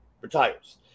retires